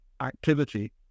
activity